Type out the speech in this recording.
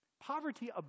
poverty